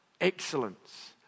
excellence